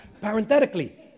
parenthetically